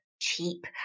cheap